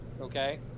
okay